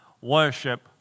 worship